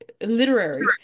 literary